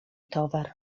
towar